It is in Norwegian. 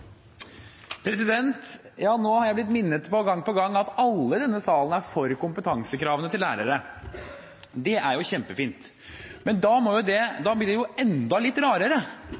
Ja, nå har jeg blitt minnet på gang på gang at alle i denne salen er for kompetansekravene til lærere. Det er jo kjempefint. Men da blir det jo